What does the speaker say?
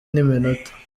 n’iminota